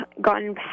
gotten